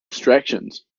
abstractions